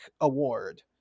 award